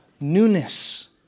newness